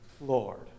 Lord